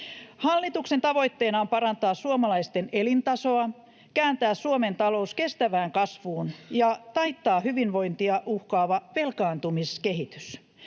Hallituksen tavoitteena on parantaa suomalaisten elintasoa, kääntää Suomen talous kestävään kasvuun ja taittaa hyvinvointia uhkaava velkaantumiskehitys.